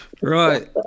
Right